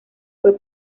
fue